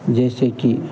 जैसे कि